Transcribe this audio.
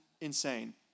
insane